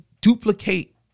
duplicate